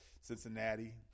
Cincinnati